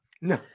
No